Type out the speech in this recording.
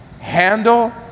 Handle